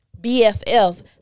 bff